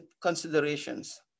considerations